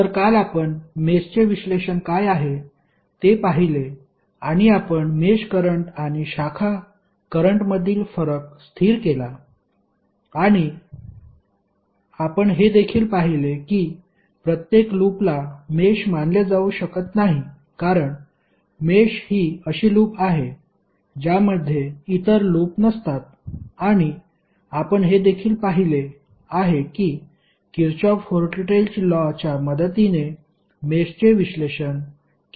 तर काल आपण मेषचे विश्लेषण काय आहे ते पाहिले आणि आपण मेष करंट आणि शाखा करंटमधील फरक स्थिर केला आणि आपण हे देखील पाहिले की प्रत्येक लूपला मेष मानले जाऊ शकत नाही कारण मेष ही अशी लूप आहे ज्यामध्ये इतर लूप नसतात आणि आपण हे देखील पाहिले आहे की किरचॉफ व्होल्टेज लॉ च्या मदतीने मेषचे विश्लेषण केले जाऊ शकते